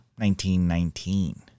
1919